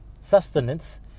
sustenance